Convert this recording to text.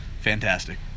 Fantastic